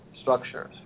structures